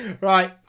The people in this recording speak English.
right